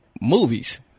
movies